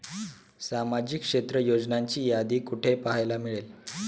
सामाजिक क्षेत्र योजनांची यादी कुठे पाहायला मिळेल?